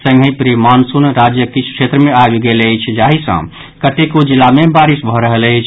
संगहि pre monsoon राज्यक किछु क्षेत्र मे आबि गेल अछि जाहि सँ कतेको जिला मे बारिस भऽ रहल अछि